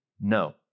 no